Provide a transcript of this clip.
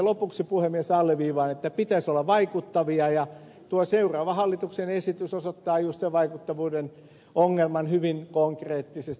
lopuksi puhemies alleviivaan että pitäisi olla vaikuttavia ja tuo seuraava hallituksen esitys osoittaa juuri sen vaikuttavuuden ongelman hyvin konkreettisesti